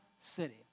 city